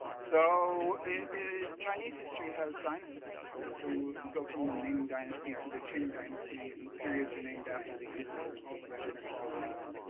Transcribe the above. so chinese history has dynasties you go from the ming dynasty to the ching dynasty and periods are named after the emperors that ran them for a while